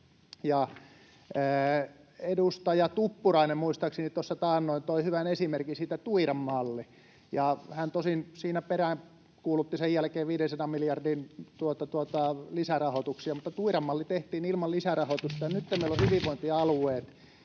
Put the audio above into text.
Edustaja Tuppurainen muistaakseni tuossa taannoin toi hyvän esimerkin siitä: Tuiran malli. Hän tosin siinä peräänkuulutti sen jälkeen 500 miljoonan lisärahoituksia, mutta Tuiran malli tehtiin ilman lisärahoitusta, ja nyt meillä on hyvinvointialueet.